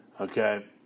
Okay